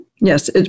Yes